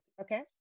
Okay